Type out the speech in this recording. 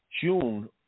June